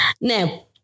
Now